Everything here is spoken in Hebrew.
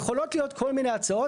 יכולות להיות כל מיני הצעות,